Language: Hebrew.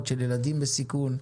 של ילדים בסיכון,